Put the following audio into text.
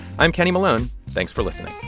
i'm kenny malone. thanks for listening